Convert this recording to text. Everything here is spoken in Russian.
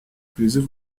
призыв